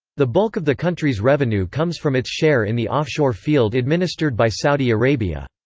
the bulk of the country's revenue comes from its share in the offshore field administered by saudi arabia.